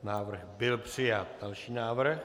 Návrh byl přijat. Další návrh.